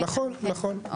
נכון, בדיוק.